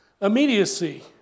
Immediacy